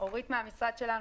אורית מהמשרד שלנו,